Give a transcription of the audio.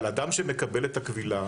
אבל אדם שמקבל את הקבילה,